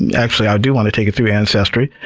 actually, i do want to take it through ancestry,